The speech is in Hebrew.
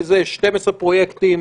12 פרויקטים.